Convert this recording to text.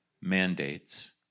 mandates